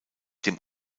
dem